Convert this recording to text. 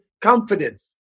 confidence